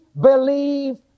believe